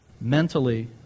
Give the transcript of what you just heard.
mentally